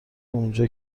اونجا